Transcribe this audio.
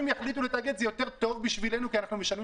גם אם יחליטו לתאגד זה יותר טוב בשבילנו כי אנחנו משלמים